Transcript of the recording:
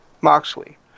Moxley